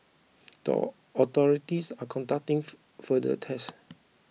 the authorities are conducting for further tests